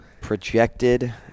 Projected